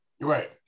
Right